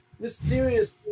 Mysterious